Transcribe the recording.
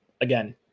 again